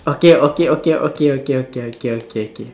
okay okay okay okay okay okay okay K K